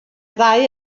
ddau